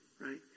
Right